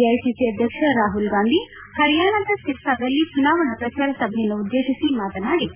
AICC ಅಧ್ಯಕ್ಷ ರಾಹುಲ್ ಗಾಂಧಿ ಪರಿಯಾಣದ ಸಿರ್ಸಾದಲ್ಲಿ ಚುನಾವಣಾ ಪ್ರಚಾರ ಸಭೆಯನ್ನುದ್ದೇತಿಸಿ ಮಾತನಾಡಿ